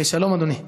שלום, אדוני.